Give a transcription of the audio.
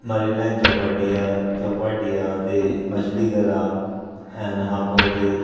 marine line Chowpatty आहे चौपाटी आहे उते मछ्ली घर आहे ऐं हुनखां पोइ हुते